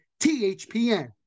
THPN